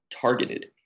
targeted